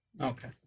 Okay